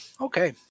okay